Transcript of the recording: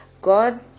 God